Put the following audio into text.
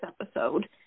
episode